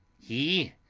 he